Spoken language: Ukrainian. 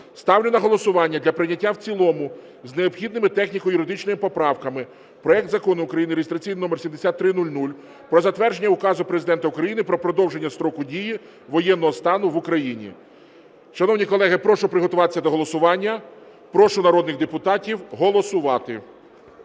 ставлю на голосування для прийняття в цілому з необхідними техніко-юридичними поправками проект Закону України (реєстраційний номер 7300) про затвердження Указу Президента України "Про продовження строку дії воєнного стану в Україні". Шановні колеги, прошу приготуватися до голосування. Прошу народних депутатів голосувати.